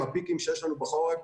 עם הפיקים שיש לנו בחורף,